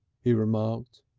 he remarked.